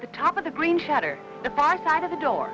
the top of the green shutters the far side of the door